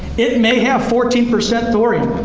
it may have fourteen percent thorium.